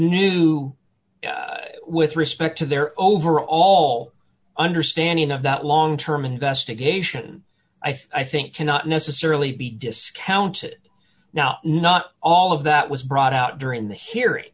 knew with respect to their overall understanding of that long term investigation i think cannot necessarily be discounted now not all of that was brought out during the hear